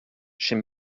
chez